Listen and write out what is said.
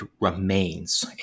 remains